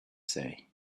say